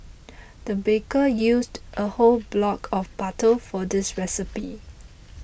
the baker used a whole block of butter for this recipe